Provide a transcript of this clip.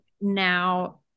now